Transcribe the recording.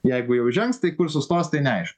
jeigu jau žengs tai kur sustos tai neaiš